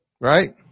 right